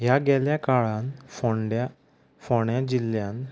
ह्या गेल्या काळान फोंड्यां फोण्यां जिल्ल्यान